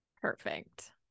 Perfect